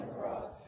cross